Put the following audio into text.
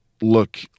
look